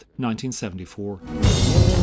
1974